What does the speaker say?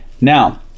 Now